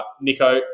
Nico